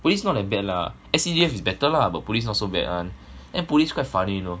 police not that bad lah S_C_D_F is better lah but police not so bad [one] and police quite funny though